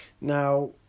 Now